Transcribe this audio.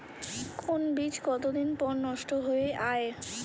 কোন বীজ কতদিন পর নষ্ট হয়ে য়ায়?